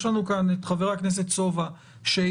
יש לנו כאן את חבר הכנסת סובה שהעיד,